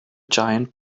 giant